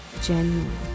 genuine